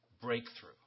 breakthrough